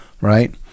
Right